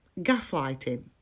gaslighting